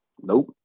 nope